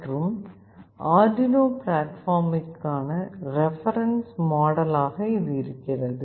மற்றும் ஆர்டுயினோ பிளாட்பார்மிற்கான reference model ஆக இது இருக்கிறது